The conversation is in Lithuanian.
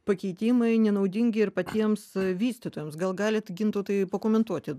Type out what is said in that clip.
pakeitimai nenaudingi ir patiems vystytojams gal galit gintautai pakomentuoti